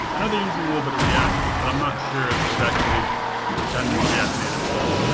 and they're using a little bit of react, but i'm not sure if they've actually done any react native stuff.